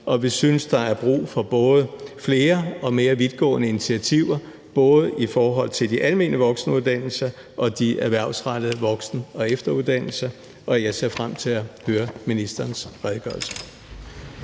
og vi synes, der er brug for både flere og mere vidtgående initiativer, både i forhold til de almene voksenuddannelser og de erhvervsrettede voksen- og efteruddannelser. Og jeg ser frem til at høre ministerens redegørelse.